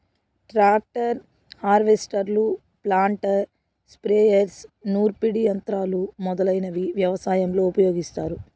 tractor, హార్వెస్టర్లు, planter, sprayers, నూర్పిడి యంత్రాలు మొదలైనవి వ్యవసాయంలో ఉపయోగిస్తారు